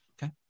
Okay